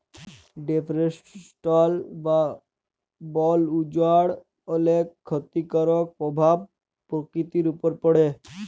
deforestation বা বল উজাড় অলেক খ্যতিকারক পরভাব পরকিতির উপর পড়ে